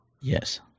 Yes